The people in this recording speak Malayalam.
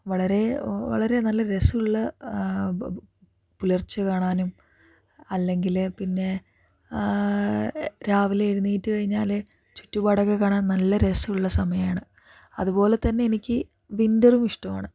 വളരെ വളരെ നല്ല രസമുള്ള പുലർച്ചെ കാണാനും അല്ലങ്കില് പിന്നെ രാവിലെ എഴുന്നേറ്റ് കഴിഞ്ഞാല് ചുറ്റുപാടൊക്കെ കാണാൻ നല്ല രസമുള്ള സമയാണ് അതുപോലെ തന്നെ എനിക്ക് വിൻ്ററും ഇഷ്ട്ടമാണ്